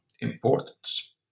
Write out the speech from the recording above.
importance